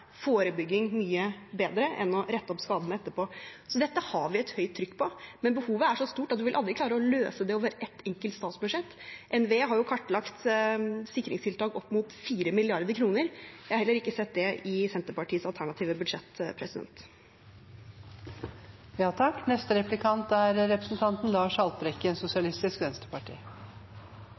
forebygging mye bedre enn å rette opp skadene etterpå. Så dette har vi et høyt trykk på, men behovet er så stort at en vil aldri klare å løse det over ett enkelt statsbudsjett. NVE har kartlagt sikringstiltak opp mot 4 mrd. kr. Jeg har heller ikke sett det i Senterpartiets alternative budsjett. Jeg tror nok både statsråden og jeg er